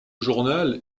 journal